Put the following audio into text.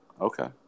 okay